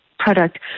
product